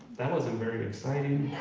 that wasn't very exciting.